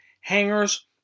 hangers